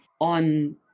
on